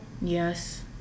Yes